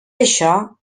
això